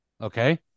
okay